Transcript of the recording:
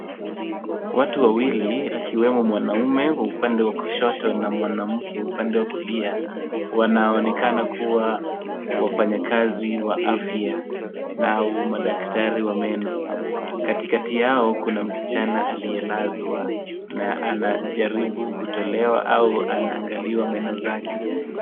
Watu wawili akiwemo mwanamume upande wa kushoto na mwanamke upande wa kulia, wanaonekana kuwa wafanyikazi wa afya na au madaktari wa meno. Katikati yao kuna msichana aliyelazwa na anajaribu kutolewa au anaangaliwa meno zake.